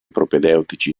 propedeutici